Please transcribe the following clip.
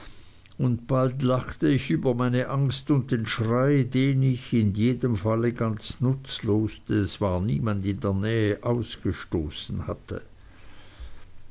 und bald darauf lachte ich über meine angst und den schrei den ich in jedem falle ganz nutzlos denn es war niemand in der nähe ausgestoßen hatte